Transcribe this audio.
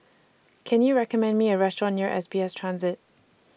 Can YOU recommend Me A Restaurant near S B S Transit